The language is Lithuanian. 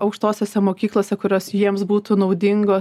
aukštosiose mokyklose kurios jiems būtų naudingos